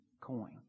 coin